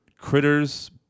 Critters